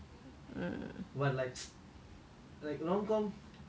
like romantic comedy need the balance in the sense that